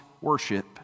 worship